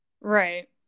Right